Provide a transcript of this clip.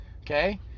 Okay